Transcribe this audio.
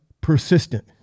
persistent